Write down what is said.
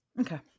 Okay